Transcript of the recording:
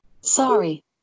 Sorry